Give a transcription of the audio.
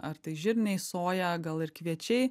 ar tai žirniai soja gal ir kviečiai